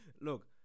look